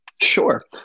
Sure